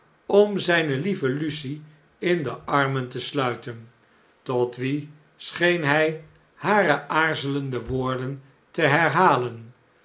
om zpe lieve lucie in de armen te sluiten tot wien scheen hy hare aarzelende woorden te herhalen